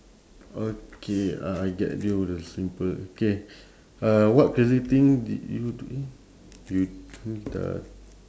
okay I get you the simple K uh what crazy thing did you do eh you do dah